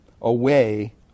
away